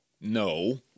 No